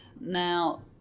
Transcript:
Now